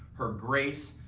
her grace,